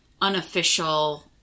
unofficial